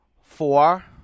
Four